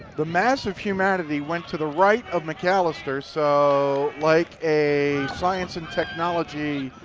the mass of humanity went to the right of mcalister so like a science and technology